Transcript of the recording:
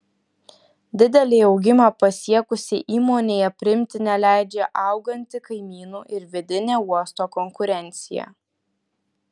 didelį augimą pasiekusiai įmonei aprimti neleidžia auganti kaimynų ir vidinė uosto konkurencija